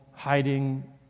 hiding